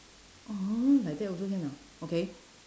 orh like that also can ah okay